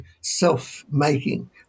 self-making